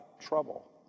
trouble